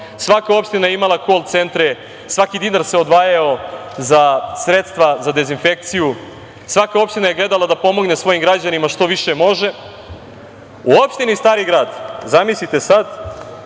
svaka opština je imala kol centre, svaki dinar se odvajao za sredstva za dezinfekciju, svaka opština je gledala da pomogne svojim građanima što više može, u opštini Stari Grad, zamislite sada,